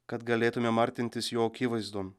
kad galėtumėm artintis jo akivaizdon